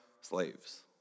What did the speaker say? slaves